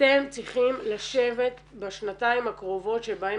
אתם צריכים לשבת בשנתיים הקרובות שבהם